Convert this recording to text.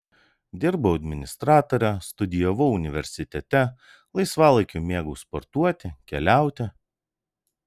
dirbau administratore studijavau universitete laisvalaikiu mėgau sportuoti keliauti